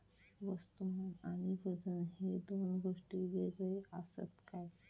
वस्तुमान आणि वजन हे दोन गोष्टी वेगळे आसत काय?